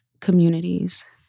communities